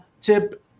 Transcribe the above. tip